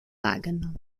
wahrgenommen